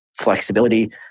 flexibility